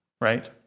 right